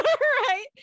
Right